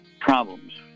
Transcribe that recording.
problems